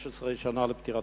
היום מלאו 16 שנה לפטירתו.